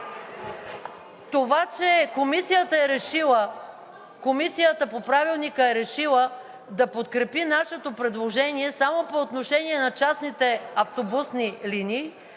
Това че Комисията по Правилника е решила да подкрепи нашето предложение само по отношение на частните автобусни линии,